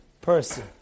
person